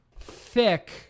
thick